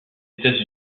états